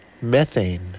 methane